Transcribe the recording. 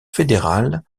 fédéral